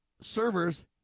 servers